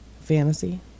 Fantasy